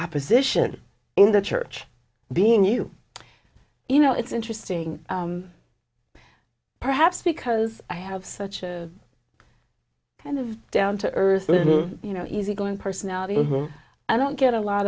opposition in the church being you you know it's interesting perhaps because i have such kind of down to earth you know easygoing personality who i don't get a lot